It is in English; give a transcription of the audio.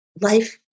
Life